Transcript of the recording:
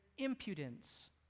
impudence